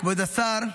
כבוד השר,